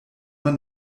man